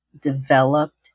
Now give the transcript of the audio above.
developed